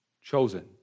chosen